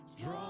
Draw